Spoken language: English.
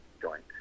joint